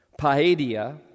paedia